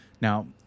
Now